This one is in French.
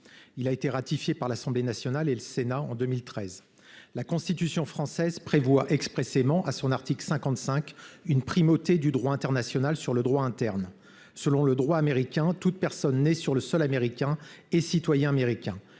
Il a été ratifié par l'Assemblée nationale et le Sénat en 2014. La Constitution française prévoit expressément à son article 55 la primauté du droit international sur le droit interne. Selon le droit américain, toute personne née sur le sol américain est citoyen américain